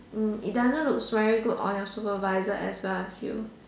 it doesn't look very good on your supervisor as well as you